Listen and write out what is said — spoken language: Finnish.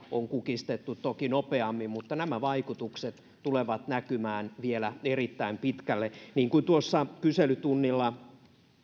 on kukistettu toki nopeammin mutta nämä vaikutukset tulevat näkymään vielä erittäin pitkälle niin kuin tuossa kyselytunnilla